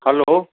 hello